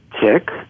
tick